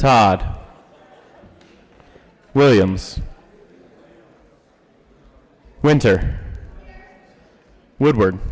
tod williams winter woodward